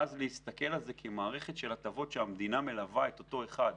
ואז להסתכל על זה כמערכת של הטבות שהמדינה מלווה את אותו חייל